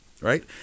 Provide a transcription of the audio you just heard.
right